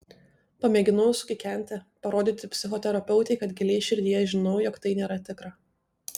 pamėginau sukikenti parodyti psichoterapeutei kad giliai širdyje žinau jog tai nėra tikra